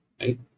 right